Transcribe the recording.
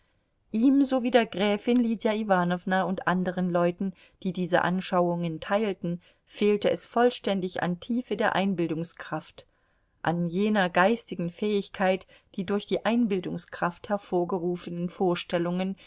ihm sowie der gräfin lydia iwanowna und anderen leuten die diese anschauungen teilten fehlte es vollständig an tiefe der einbildungskraft an jener geistigen fähigkeit die durch die einbildungskraft hervorgerufenen vorstellungen